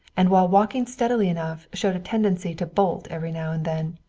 and while walking steadily enough showed a tendency to bolt every now and then.